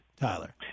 Tyler